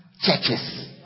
churches